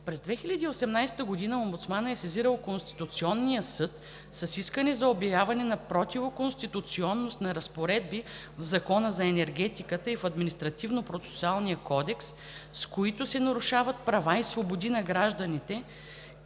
През 2018 г. омбудсманът е сезирал Конституционния съд с искане за обявяване на противоконституционност на разпоредби в Закона за енергетиката и в Административнопроцесуалния кодекс, с които се нарушават права и свободи на гражданите,